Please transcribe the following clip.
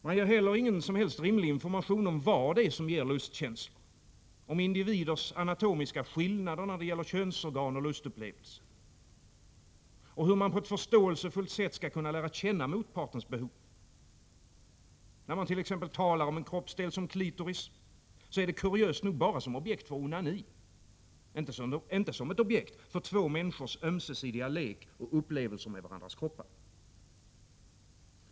Man ger heller ingen som helst information om vad det är som ger lustkänslor, om individers anatomiska skillnader när det gäller könsorgan och lustupplevelser och hur man på ett förståelsefullt sätt skall kunna lära känna motpartens behov. När man t.ex. talar om en kroppsdel som klitoris är det kuriöst nog bara som ett objekt för onani, inte som ett objekt för två människors ömsesidiga lek och upplevelse med varandras kroppar.